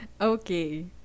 okay